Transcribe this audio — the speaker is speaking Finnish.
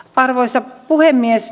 arvoisa puhemies